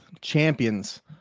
champions